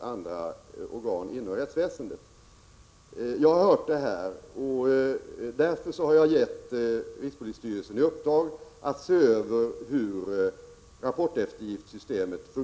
andra organ inom rättsväsendet. Jag har också hört det, och därför har jag gett rikspolisstyrelsen i uppdrag att se över rapporteftergiftssystemet.